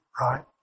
Right